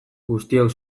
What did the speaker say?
guztiok